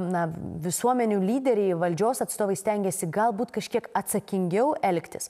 na visuomenių lyderiai valdžios atstovai stengiasi galbūt kažkiek atsakingiau elgtis